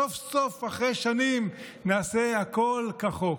סוף-סוף אחרי שנים נעשה הכול כחוק,